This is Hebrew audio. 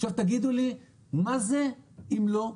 עכשיו תגידו לי מה זה אם לא תחרות.